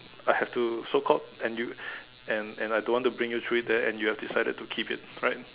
I have to so called and you and and I don't want to bring you through it there and you've decided to keep it right